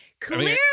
clearly